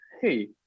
Hey